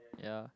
ya